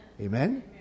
Amen